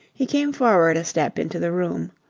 he came forward a step into the room,